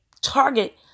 target